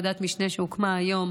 על ועדת משנה שהוקמה היום,